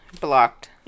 blocked